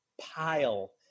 pile